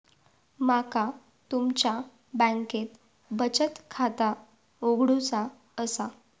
माका तुमच्या बँकेत बचत खाता उघडूचा असा?